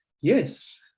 yes